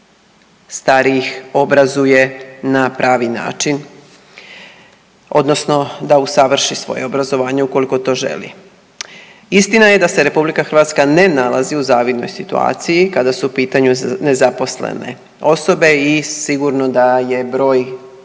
starijih obrazuje na pravi način odnosno da usavrši svoje obrazovanje ukoliko to želi. Istina je da se RH ne nalazi u zavidnoj situaciji kada su u pitanju nezaposlene osobe i sigurno da je broj